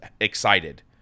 excited